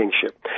kingship